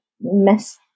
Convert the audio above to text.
miss